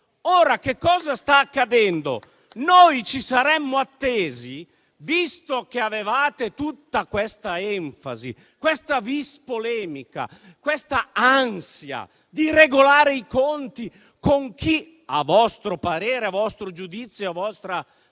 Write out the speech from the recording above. Ora, che cosa sta accadendo? Noi ci saremmo attesi, visto che avevate tutta questa enfasi, questa *vis* polemica, questa ansia di regolare i conti con chi, a vostro parere, a vostro giudizio, a vostra